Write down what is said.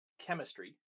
chemistry